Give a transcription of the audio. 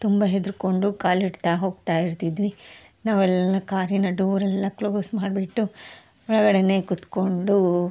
ತುಂಬಾ ಹೆದ್ರುಕೊಂಡು ಕಾಲಿಡ್ತಾ ಹೋಗ್ತಾ ಇರ್ತಿದ್ವಿ ನಾವೆಲ್ಲ ಕಾರಿನ ಡೋರೆಲ್ಲಾ ಕ್ಲೋಸ್ ಮಾಡ್ಬಿಟ್ಟು ಒಳಗಡೆನೇ ಕೂತ್ಕೊಂಡು